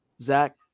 Zach